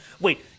wait